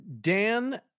Dan